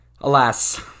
alas